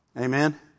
Amen